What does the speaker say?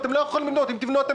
תנו לראשי